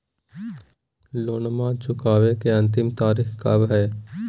लोनमा चुकबे के अंतिम तारीख कब हय?